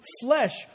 flesh